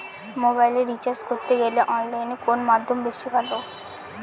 মোবাইলের রিচার্জ করতে গেলে অনলাইনে কোন মাধ্যম বেশি ভালো?